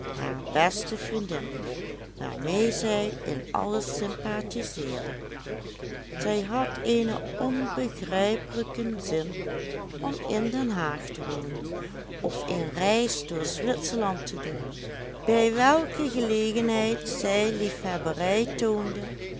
beste vriendin waarmee zij in alles sympatiseerde zij had eene onbegrijpelijken zin om in den haag te wonen of een reis door zwitserland te doen bij welke gelegenheid zij liefhebberij toonde